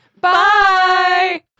bye